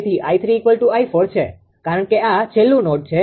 તેથી 𝐼3 𝑖4 છે કારણ કે આ છેલ્લું નોડ છે